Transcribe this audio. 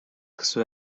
kısa